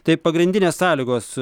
tai pagrindinės sąlygos